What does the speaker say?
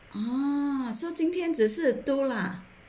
orh so 今天只是多啦